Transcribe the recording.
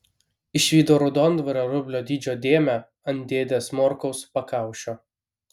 išvydau raudonvario rublio dydžio dėmę ant dėdės morkaus pakaušio